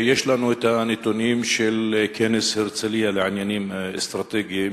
יש לנו הנתונים של כנס הרצלייה לעניינים אסטרטגיים,